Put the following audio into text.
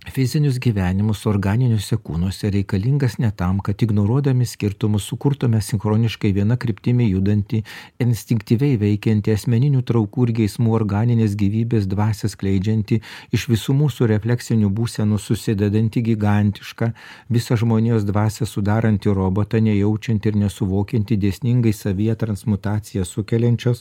fizinius gyvenimus organiniuose kūnuose reikalingas ne tam kad ignoruodami skirtumus sukurtume sinchroniškai viena kryptimi judantį instinktyviai veikiantį asmeninių traukų ir geismų organinės gyvybės dvasią skleidžiantį iš visų mūsų refleksinių būsenų susidedantį gigantišką visą žmonijos dvasią sudarantį robotą nejaučiantį ir nesuvokiantį dėsningai savyje transmutacija sukeliančios